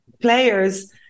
players